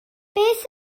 beth